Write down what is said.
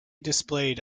displayed